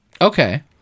Okay